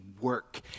work